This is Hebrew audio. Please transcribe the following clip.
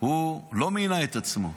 הוא לא מינה את עצמו.